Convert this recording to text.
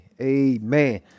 Amen